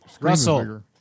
Russell